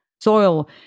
soil